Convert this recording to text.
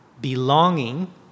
belonging